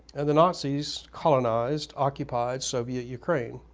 and the nazis colonized occupied soviet ukraine,